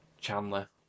Chandler